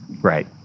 Right